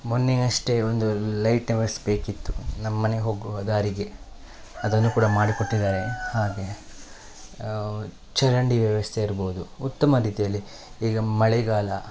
ಮೊನ್ನೆ ಅಷ್ಟೇ ಒಂದು ಲೈಟ್ ಅವಸ್ ಬೇಕಿತ್ತು ನಮ್ಮನೆ ಹೋಗುವ ದಾರಿಗೆ ಅದನ್ನು ಕೂಡ ಮಾಡಿಕೊಟ್ಟಿದ್ದಾರೆ ಹಾಗೆ ಚರಂಡಿ ವ್ಯವಸ್ಥೆ ಇರ್ಬೋದು ಉತ್ತಮಾದ್ದಿತಿಯಲ್ಲಿ ಈಗ ಮಳೆಗಾಲ